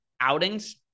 outings